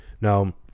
now